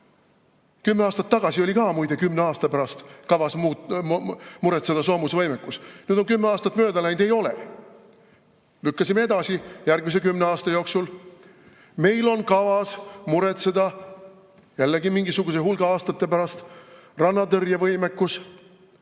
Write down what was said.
Kümme aastat tagasi oli ka muide kavas kümne aasta pärast muretseda soomusvõimekus. Nüüd on kümme aastat mööda läinud – ei ole! Lükkasime edasi, järgmise kümne aasta jooksul. Meil on kavas muretseda jällegi mingisuguse hulga aastate pärast rannatõrjevõimekus.